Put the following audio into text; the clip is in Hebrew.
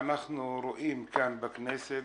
לפעמים כואבת.